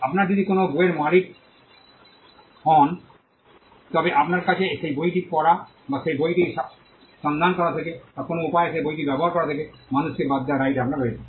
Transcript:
আপনি যদি কোনও বইয়ের মালিক হন তবে আপনার কাছে সেই বইটি পড়া বা সেই বইটি সন্ধান করা থেকে বা কোনও উপায়ে সেই বইটি ব্যবহার করা থেকে মানুষকে বাদ দেওয়ার রাইট আপনার রয়েছে